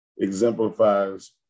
exemplifies